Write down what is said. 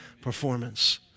performance